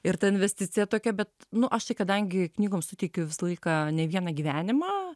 ir ta investicija tokia bet nu aš tai kadangi knygoms suteikiu visą laiką ne vieną gyvenimą